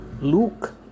Luke